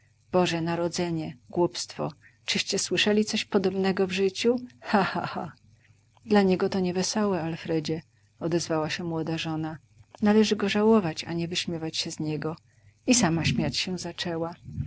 boże narodzenie głupstwo czyście słyszeli coś podobnego w życiu ha ha ha dla niego to niewesołe alfredzie odezwała się młoda żona należy go żałować a nie wyśmiewać się z niego i sama śmiać się zaczęła